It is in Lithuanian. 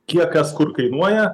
kiek kas kur kainuoja